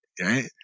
Right